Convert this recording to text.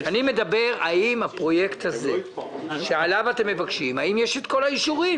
אני שואל: האם בפרויקט הזה שעליו אתם מבקשים יש את כל האישורים?